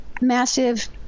massive